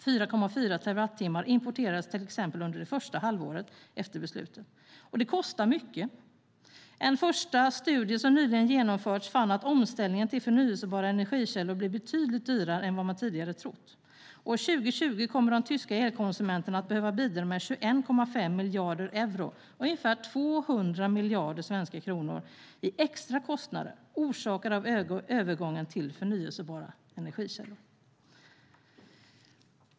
4,4 terawattimmar importerades till exempel under det första halvåret efter beslutet. Det kostar mycket. En första studie som nyligen genomförts fann att omställningen till förnybara energikällor blir betydligt dyrare än vad man tidigare trott. År 2020 kommer de tyska elkonsumenterna att behöva bidra med 21,5 miljarder euro, ungefär 200 miljarder svenska kronor, i extra kostnader orsakade av övergången till förnybara energikällor.